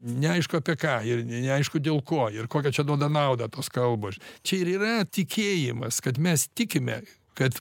neaišku apie ką ir neaišku dėl ko ir kokia čia duoda naudą tos kalbos čia ir yra tikėjimas kad mes tikime kad